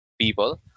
people